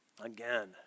again